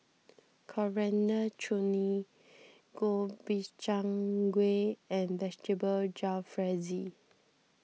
Coriander Chutney Gobchang Gui and Vegetable Jalfrezi